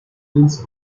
nils